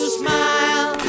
smile